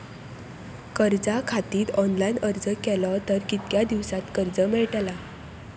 कर्जा खातीत ऑनलाईन अर्ज केलो तर कितक्या दिवसात कर्ज मेलतला?